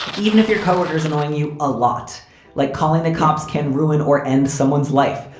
even if your co-workers annoying you a lot like calling the cops can ruin or end someone's life.